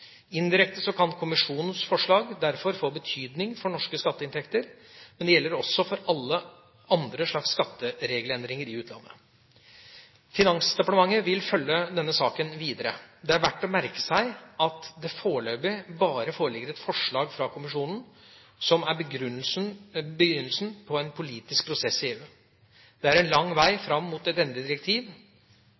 Indirekte kan kommisjonens forslag derfor få betydning for norske skatteinntekter, men det gjelder også for alle andre slags skatteregelendringer i utlandet. Finansdepartementet vil følge denne saken videre. Det er verdt å merke seg at det foreløpig bare foreligger et forslag fra kommisjonen, som er begynnelsen på en politisk prosess i EU. Det er en lang vei fram mot et endelig direktiv